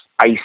Ice